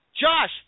Josh